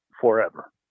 forever